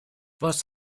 was